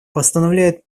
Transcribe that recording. постановляет